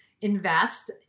invest